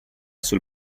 sul